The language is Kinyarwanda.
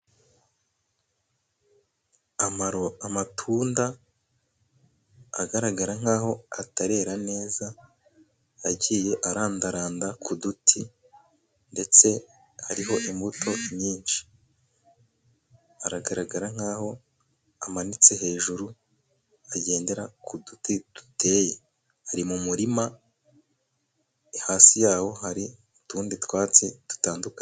Amatunda agaragara nkaho atarera neza, yagiye arandaranda ku duti ndetse hariho imbuto nyinshi. Aragaragara nk' amanitse hejuru agendera ku duti duteye ari mu murima, hasi yawo hari utundi twatsi dutandukanye.